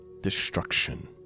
destruction